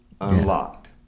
unlocked